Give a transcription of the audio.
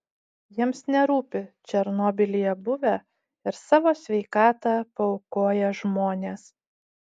jiems nerūpi černobylyje buvę ir savo sveikatą paaukoję žmonės